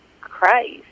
Christ